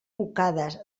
bocades